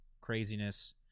craziness